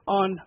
on